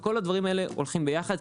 וכל הדבר האלה הולכים ביחד.